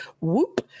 whoop